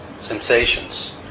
sensations